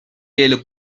est